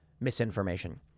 misinformation